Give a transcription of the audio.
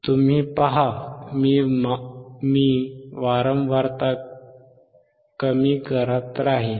तुम्ही पहा मी वारंवारता कमी करत राहीन